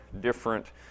different